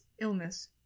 illness